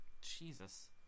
Jesus